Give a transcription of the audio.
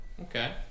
okay